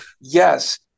Yes